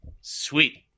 Sweet